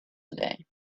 today